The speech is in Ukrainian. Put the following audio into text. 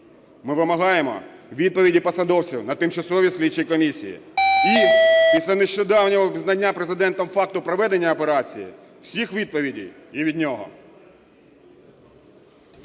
Ми вимагаємо відповіді посадовців на тимчасовій слідчій комісії і із-за нещодавнього визнання Президентом факту проведення операції всіх відповідей і від нього.